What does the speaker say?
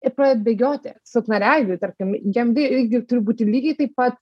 ir pradedat bėgioti silpnaregiui tarkim jam gi irgi turi būti lygiai taip pat